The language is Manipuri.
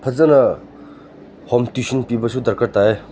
ꯐꯖꯅ ꯍꯣꯝ ꯇ꯭ꯌꯨꯁꯟ ꯄꯤꯕꯁꯨ ꯗꯔꯀꯥꯔ ꯇꯥꯏꯌꯦ